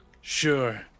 Sure